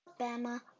Alabama